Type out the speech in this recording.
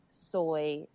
soy